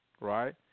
right